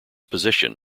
position